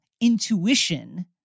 intuition